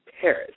Paris